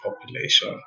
population